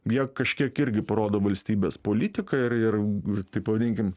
bi jie kažkiek irgi parodo valstybės politiką ir ir ir taip pavadinkim